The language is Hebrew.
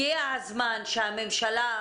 הגיע הזמן שהממשלה,